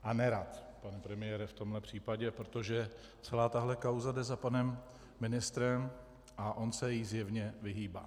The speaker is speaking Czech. A nerad, pane premiére, v tomhle případě, protože celá tahle kauza jde za panem ministrem a on se jí zjevně vyhýbá.